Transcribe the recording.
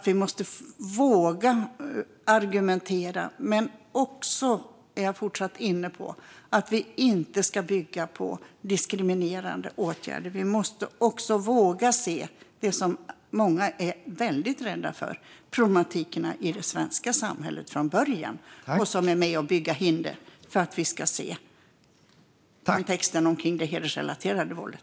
Vi måste våga argumentera. Jag är fortsatt inne på att vi inte ska bygga på diskriminerande åtgärder. Vi måste också våga se det som många är väldigt rädda för, problematiken i det svenska samhället från början. Det är med och bygger hinder för att vi ska se kontexten kring det hedersrelaterade våldet.